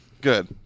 Good